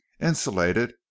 insulated